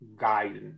guidance